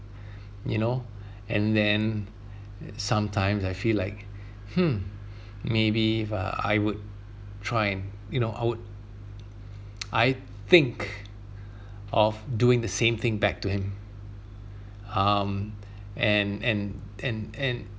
you know and then sometimes I feel like hmm maybe if uh I would try and you know I would I think of doing the same thing back to him um and and and and